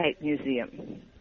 Museum